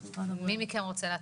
מי מכם רוצה להתחיל?